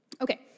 Okay